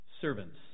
Servants